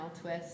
twist